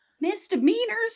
misdemeanors